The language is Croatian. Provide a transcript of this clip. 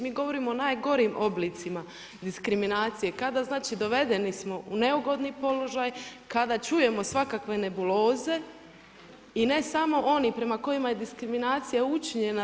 Mi govorimo o najgorim oblicima diskriminacije, znači kada smo dovedeni u neugodni položaj, kada čujemo svakakve nebuloze i ne samo oni prema kojima je diskriminacija učinjena.